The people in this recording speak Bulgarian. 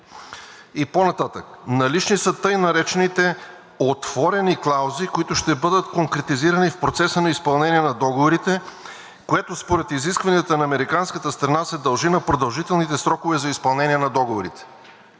И по-нататък: „Налични са тъй наречените отворени клаузи, които ще бъдат конкретизирани в процеса на изпълнение на договорите, което според изискванията на американската страна се дължи на продължителните срокове за изпълнението на договорите.“